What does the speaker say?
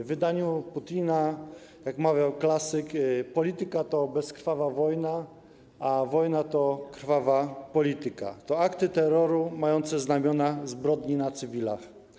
W wydaniu Putina, jak mawiał klasyk, polityka to bezkrwawa wojna, a wojna to krwawa polityka, to akty terroru mające znamiona zbrodni na cywilach.